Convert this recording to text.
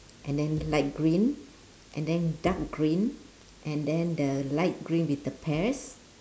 and then light green and then dark green and then the light green with the pears